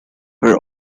were